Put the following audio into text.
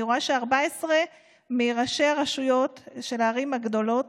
אני רואה ש-14 מראשי הרשויות של הערים הגדולות